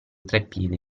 treppiede